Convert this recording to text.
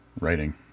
writing